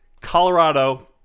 Colorado